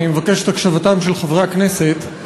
אני מבקש את הקשבתם של חברי הכנסת.